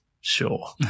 sure